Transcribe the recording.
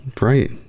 right